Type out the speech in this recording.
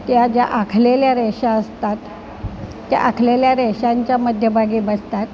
त्या ज्या आखलेल्या रेषा असतात त्या आखलेल्या रेशांच्या मध्यभागी बसतात